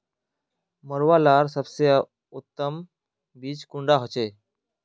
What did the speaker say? मरुआ लार सबसे उत्तम बीज कुंडा होचए?